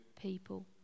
people